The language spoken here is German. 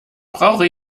brauche